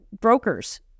brokers